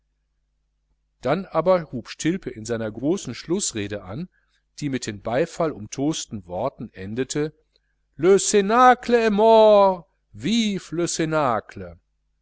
dann aber hub stilpe seine große schlußrede an die mit den beifallumtosten worten endete le cnacle